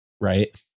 right